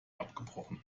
abgebrochen